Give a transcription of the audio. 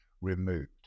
removed